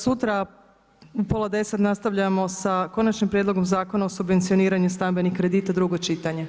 Sutra u pola deset nastavljamo sa Konačnim prijedlogom Zakona o subvencioniranju stambenih kredita, drugo čitanje.